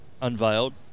unveiled